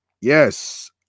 yes